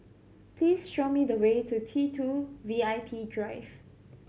please show me the way to T Two V I P Drive